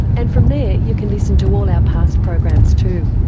and from there you can listen to all our past programs too.